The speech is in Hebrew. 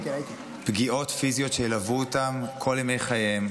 פגיעות פיזיות שילוו אותם כל ימי חייהם,